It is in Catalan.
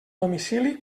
domicili